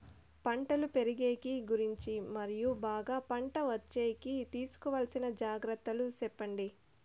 పంటలు పెరిగేకి గురించి మరియు బాగా పంట వచ్చేకి తీసుకోవాల్సిన జాగ్రత్త లు సెప్పండి?